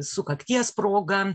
sukakties proga